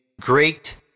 great